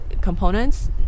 components